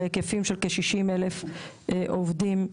בהיקפים של כ-60,000 עובדים,